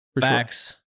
facts